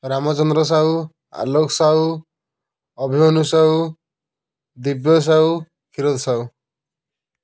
Ramachandra Sahu Alok Sahu Abhimanyu Sahu Divya Sahu Khirod Sahu